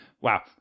Wow